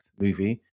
movie